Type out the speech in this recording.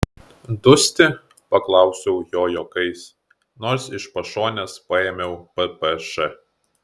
dusti paklausiau jo juokais nors iš pašonės paėmiau ppš